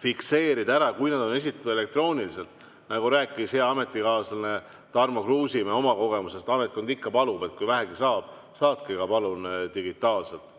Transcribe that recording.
fikseerida, kui need on esitatud elektrooniliselt, nagu rääkis hea ametikaaslane Tarmo Kruusimäe oma kogemusest. Ametkond ikka palub, et kui vähegi võimalik, saatke need palun digitaalselt.